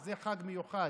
זה חג מיוחד,